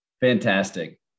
Fantastic